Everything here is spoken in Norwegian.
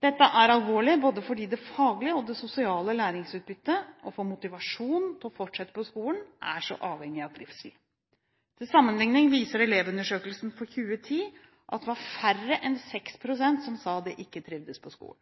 Dette er alvorlig, fordi både det faglige og sosiale læringsutbyttet og motivasjon til å fortsette på skolen er så avhengig av trivsel. Til sammenlikning viste Elevundersøkelsen 2010 at det var færre enn 6 pst. som sa at de ikke trivdes på skolen.